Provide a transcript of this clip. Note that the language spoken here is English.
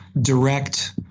direct